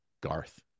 Garth